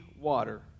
water